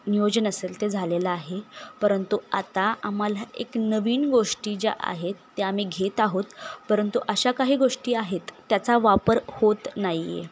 नियोजन असेल ते झालेलं आहे परंतु आता आम्हाला एक नवीन गोष्टी ज्या आहेत त्या आम्ही घेत आहोत परंतु अशा काही गोष्टी आहेत त्याचा वापर होत नाही आहे